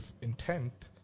intent